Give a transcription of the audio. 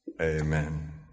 Amen